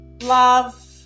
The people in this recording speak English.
love